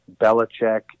Belichick